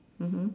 mmhmm